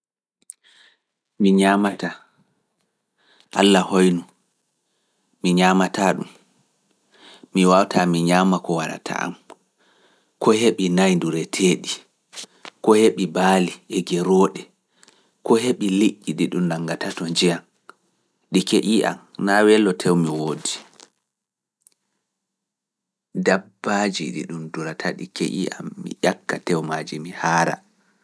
Mi ñaamataa, Alla hoynu, mi ñaamataa ɗum, mi waawta mi ñaama ko warata am, ko heɓi nayi ndure tee ɗi, ko heɓi baali e gerooɗe, ko heɓi liƴƴi ɗi ɗum nanngata to njiya, ɗi keƴii am naa welo tew mi woodi. Dabbaaji ɗi ɗum durata ɗi keƴii am, mi ƴakka tew maaji mi haara.